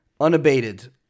Unabated